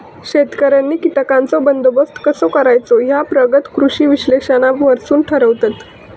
शेतकऱ्यांनी कीटकांचो बंदोबस्त कसो करायचो ह्या प्रगत कृषी विश्लेषणावरसून ठरवतत